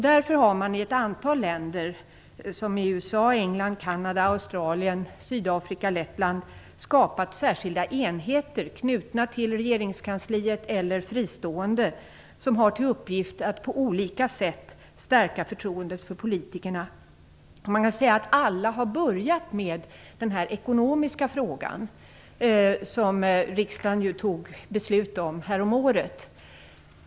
Därför har man i ett antal länder - t.ex. USA, England, Kanada, Australien, Sydafrika och Lettland - skapat särskilda enheter, knutna till regeringskansliet eller fristående, som har till uppgift att på olika sätt stärka förtroendet för politikerna. Man kan säga att alla har börjat med den ekonomiska frågan, som riksdagen ju fattade beslut om häromåret.